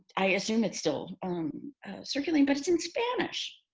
i assume it's still um circulating, but it's in spanish.